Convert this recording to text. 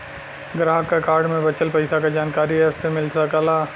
ग्राहक क कार्ड में बचल पइसा क जानकारी एप से मिल सकला